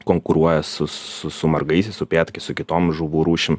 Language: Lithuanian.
konkuruoja su su su margaisiais upėtakiais su kitom žuvų rūšim